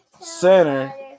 center